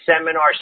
seminar